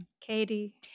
Katie